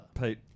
Pete